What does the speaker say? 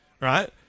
right